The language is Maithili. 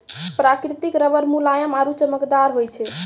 प्रकृतिक रबर मुलायम आरु चमकदार होय छै